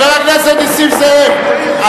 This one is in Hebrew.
חבר הכנסת נסים זאב,